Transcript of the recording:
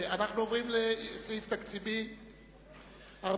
אנחנו עוברים לסעיף תקציבי 43,